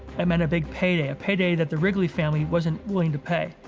it meant a big payday, a payday that the wrigley family wasn't willing to pay.